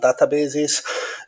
databases